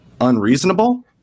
unreasonable